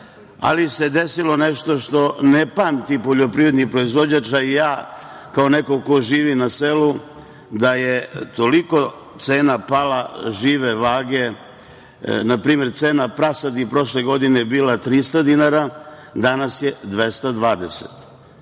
ali se desilo nešto što ne pamti poljoprivredni proizvođač, a i ja kao neko ko živi na selu, da je toliko pala cena žive vage. Na primer, cena prasadi je prošle godine bila 300 dinara, danas je 220.